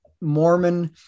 Mormon